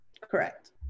Correct